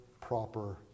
proper